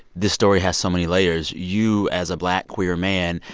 this story has so many layers. you, as a black, queer man,